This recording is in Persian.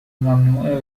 ممنوعه